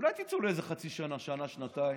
אולי תצאו לאיזה חצי שנה, שנה, שנתיים?